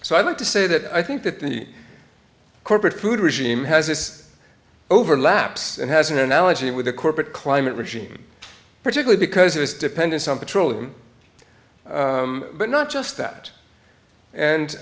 so i like to say that i think that the corporate food regime has overlaps and has an analogy with the corporate climate regime particular because of its dependence on petroleum but not just that and